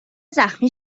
زخمی